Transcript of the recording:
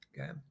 okay